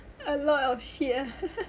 a lot of shit ah !huh!